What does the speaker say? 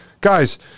guys